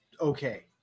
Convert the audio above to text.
okay